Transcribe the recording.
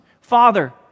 Father